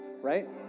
right